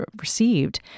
received